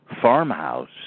farmhouse